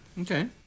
okay